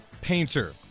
Painter